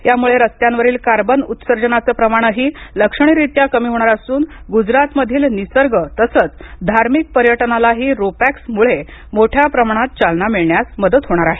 यामुळे रस्त्यांवरील कार्बन उत्सर्जनाचं प्रमाणही लक्षणीयरीत्या कमी होणार असून गुजरातमधील निसर्ग तसंच धार्मिक पर्यटनालाही रोपॅक्समुळे मोठ्या प्रमाणात चालना मिळण्यास मदत होणार आहे